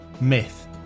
myth